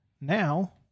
now